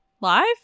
live